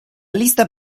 lista